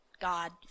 God